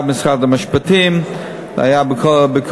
זה היה במשרד המשפטים,